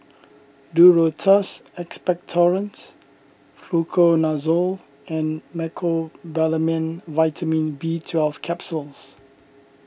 Duro Tuss Expectorant Fluconazole and Mecobalamin Vitamin B Twelve Capsules